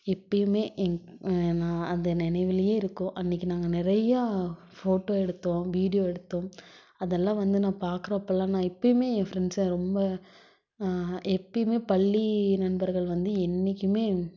இப்பயுமே நான் அந்த நினைவுலயே இருக்கும் அன்றைக்கி நான் நிறையா ஃபோட்டோ எடுத்தோம் வீடியோ எடுத்தோம் அதெலாம் வந்து நான் பார்க்கறப்போல்லாம் இப்பயுமே என் ஃப்ரெண்ட்ஸை ரொம்ப எப்பயுமே பள்ளி நண்பர்கள் வந்து என்றைக்குமே